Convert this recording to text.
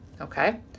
okay